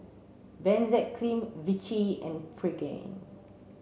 Benzac Cream Vichy and Pregain